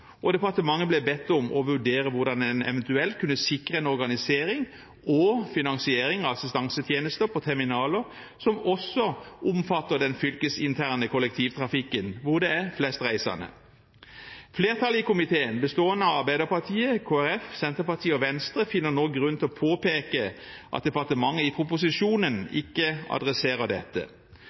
og departementet ble bedt om å vurdere hvordan en eventuelt kunne sikre en organisering og finansiering av assistansetjenester på terminaler som også omfatter den fylkesinterne kollektivtrafikken, hvor det er flest reisende. Flertallet i komiteen, bestående av Arbeiderpartiet, Kristelig Folkeparti, Senterpartiet og Venstre, finner nå grunn til å påpeke at departementet i proposisjonen ikke adresserer dette.